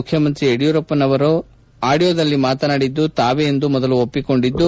ಮುಖ್ಯಮಂತ್ರಿ ಯಡಿಯೂರಪ್ಪನವರು ಆಡಿಯೋದಲ್ಲಿ ಮಾತನಾಡಿದ್ದು ತಾವೇ ಎಂದು ಯಡಿಯೂರಪ್ಪ ಒಪ್ಪಿಕೊಂಡಿದ್ದು